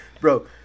Bro